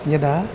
यदा